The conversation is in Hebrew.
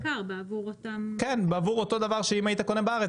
בעבור אותו דבר שאם היית קונה בארץ,